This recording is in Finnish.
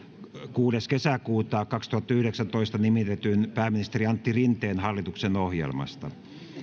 kuudes kuudetta kaksituhattayhdeksäntoista nimitetyn pääministeri antti rinteen hallituksen ohjelmasta